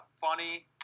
funny